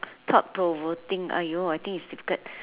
thought provoking !aiyo! I think is difficult